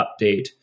update